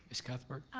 miss cuthbert?